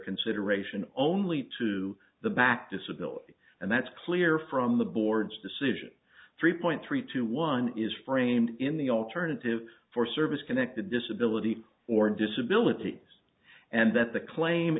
consideration only to the back disability and that's clear from the board's decision three point three two one is framed in the alternative for service connected disability or disability and that the claim